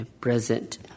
present